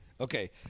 Okay